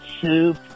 Soup